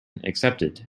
accepted